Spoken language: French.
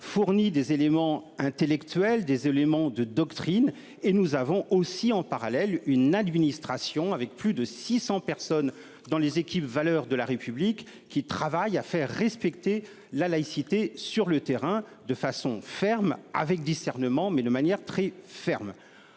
fournit des éléments intellectuels des éléments de doctrine et nous avons aussi en parallèle une administration avec plus de 600 personnes dans les équipes valeurs de la République qui travaille à faire respecter la laïcité sur le terrain de façon ferme avec discernement mais de manière très ferme.